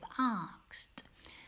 asked